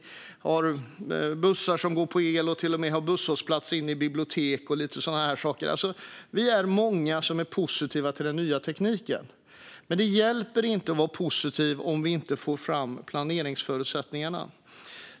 Vi har bussar som går på el och till och med har hållplatser inne i bibliotek och sådana saker. Vi är alltså många som är positiva till den nya tekniken. Men det hjälper inte att vara positiv om vi inte får fram planeringsförutsättningarna.